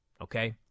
okay